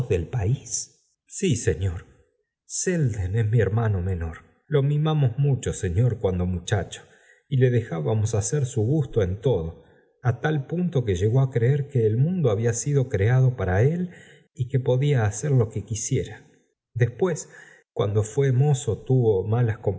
del país sí señor selden es mi hermano menor lo mimamos mucho señor cuando muchacho v le dejábamos hacer su gusto en todo á tal punto que uegó á creer que el mundo había sido creado para y podía hacer lo que quisiera después cuando fue mozo tuvo malas